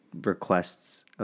requests